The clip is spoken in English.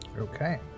Okay